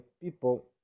people